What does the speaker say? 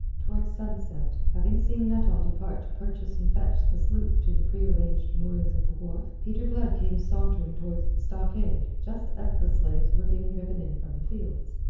towards sunset, having seen nuttall depart to purchase and fetch the sloop to the prearranged moorings at the wharf, peter blood came sauntering towards the stockade, just as the slaves were being driven in from the fields.